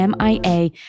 MIA